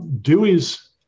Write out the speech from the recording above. Dewey's